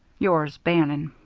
yours, bannon.